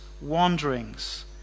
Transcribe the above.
wanderings